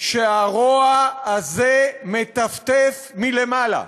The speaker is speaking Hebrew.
שהרוע הזה מטפטף מלמעלה,